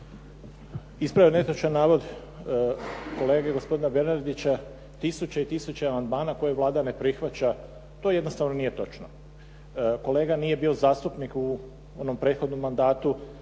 Ispravio bih netočan navod kolege gospodina Bernardića. Tisuće i tisuće amandmana koje Vlada ne prihvaća. To jednostavno nije točno. Kolega nije bio zastupnik u onom prethodnom mandatu